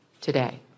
today